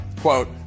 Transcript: Quote